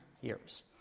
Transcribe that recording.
years